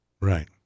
Right